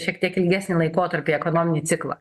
šiek tiek ilgesnį laikotarpiui ekonominį ciklą